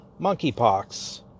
monkeypox